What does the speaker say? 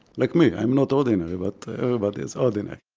like me, i'm not ordinary, but everybody is ordinary